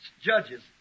Judges